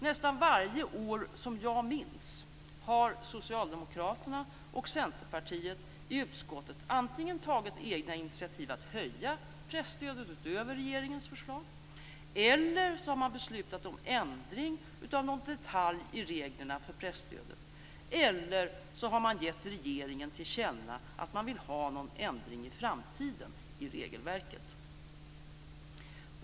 Nästan varje år som jag minns har Socialdemokraterna och Centerpartiet i utskottet antingen tagit egna initiativ att höja presstödet utöver regeringens förslag, beslutat om ändring av någon detalj i reglerna för presstödet eller givit regeringen till känna att man vill ha någon ändring i framtiden i regelverket.